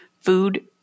food